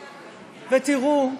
תראו,